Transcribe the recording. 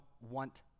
want